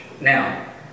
Now